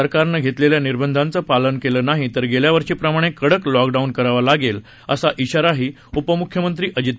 सरकारनं घातलेल्या निर्बंधाचं पालन केलं नाही तर गेल्या वर्षीप्रमाणे कडक लॉकडाऊन करावा लागेल असा इशाराही उपमुख्यमंत्री अजित पवार यांनी दिला आहे